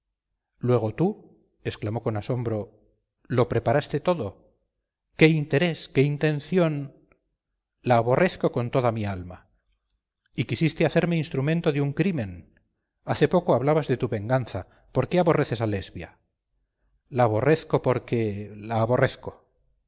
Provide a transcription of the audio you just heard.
luego tú exclamó con asombro lo preparaste todo qué interés qué intención la aborrezco con toda mi alma y quisiste hacerme instrumento de un crimen hace poco hablabas de tu venganza por qué aborreces a lesbia la aborrezco porque la aborrezco